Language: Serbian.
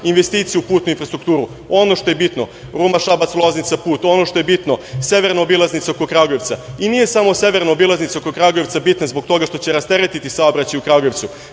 investicije u putnu infrastrukturu. Ono što je bitno Ruma – Šabac – Loznica put, Severna obilaznica oko Kragujevca. Nije samo Severna obilaznica oko Kragujevca bitna zbog toga što će rasteretiti saobraćaj u Kragujevcu,